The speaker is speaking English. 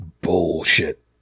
bullshit